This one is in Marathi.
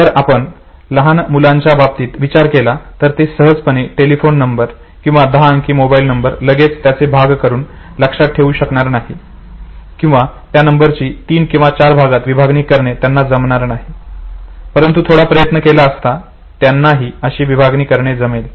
जर आपण लहान मुलांच्या बाबतीत विचार केला तर ते सहजपणे टेलिफोन नंबर किंवा दहा अंकी मोबाईल नंबर लगेच त्याचे भाग करून लक्षात ठेवू शकणार नाही किंवा त्या नंबरची तीन किंवा चार भागांत विभागणी करणे त्यांना जमणार नाही परंतु थोडा प्रयत्न केला असता त्यांनाही अशी विभागणी करणे जमेल